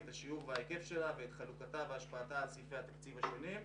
(שיעורה והיקפה) ואת אופן חלוקתה והשפעתה על סעיפי התקציב השונים.